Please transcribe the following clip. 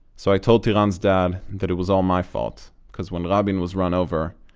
so i told tiran's dad that it was all my fault, because when rabin was run over,